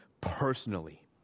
personally